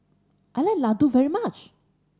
I like Ladoo very much